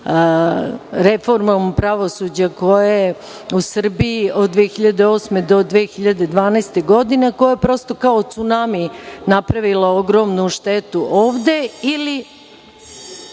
reformom pravosuđa koja je u Srbiji od 2008. do 2012. godine, koja je prosto kao cunami napravila ogromnu štetu ovde. Ili